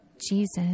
Jesus